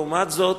לעומת זאת,